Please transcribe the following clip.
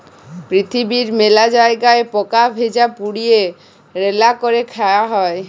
পিরথিবীর মেলা জায়গায় পকা ভেজে, পুড়িয়ে, রাল্যা ক্যরে খায়া হ্যয়ে